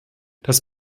das